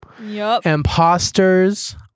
imposters